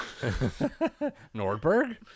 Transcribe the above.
Nordberg